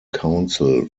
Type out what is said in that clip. council